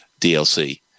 DLC